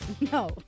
No